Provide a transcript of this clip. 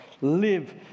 live